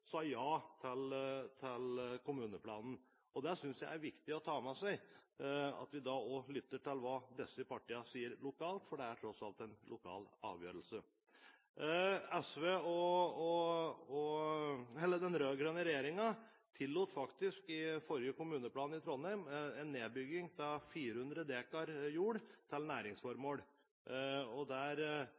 er viktig å ta med seg at vi også lytter til hva disse partiene sier lokalt, for det er tross alt en lokal avgjørelse. Den rød-grønne regjeringen tillot i forbindelse med forrige kommuneplan i Trondheim en nedbygging av 400 dekar jord til næringsformål.